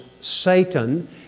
Satan